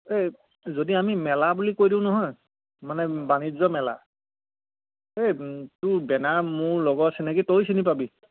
এই যদি আমি মেলা বুলি কৈ দিওঁ নহয় মানে বাণিজ্য মেলা এই তোৰ বেনাৰ মোৰ লগৰ চিনাকী তয়ো চিনি পাবি